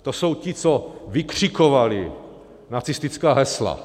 To jsou ti, co vykřikovali nacistická hesla.